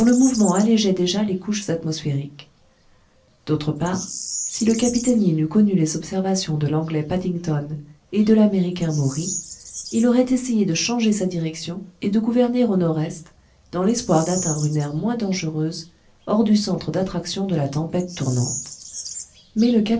mouvement allégeait déjà les couches atmosphériques d'autre part si le capitaine yin eût connu les observations de l'anglais paddington et de l'américain maury il aurait essayé de changer sa direction et de gouverner au nord-est dans l'espoir d'atteindre une aire moins dangereuse hors du centre d'attraction de la tempête tournante mais le